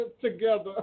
together